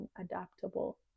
adaptable